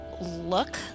look